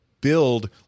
build